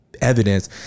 evidence